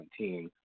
2017 –